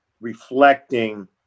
reflecting –